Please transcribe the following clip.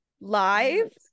live